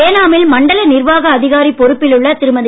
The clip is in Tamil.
ஏனாமில் மண்டல நிர்வாக அதிகாரி பொறுப்பில் உள்ள திருமதி